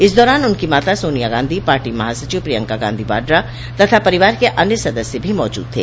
इस दारान उनकी माता सोनिया गांधी पार्टी महासचिव प्रियंका गांधी वाड्रा तथा परिवार के अन्य सदस्य भी मौजूद थे